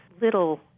little